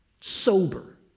sober